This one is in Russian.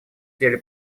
деле